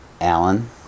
alan